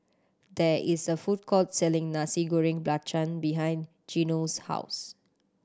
there is a food court selling Nasi Goreng Belacan behind Geno's house